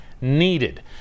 needed